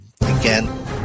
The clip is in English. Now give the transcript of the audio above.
Again